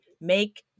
make –